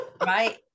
Right